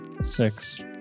Six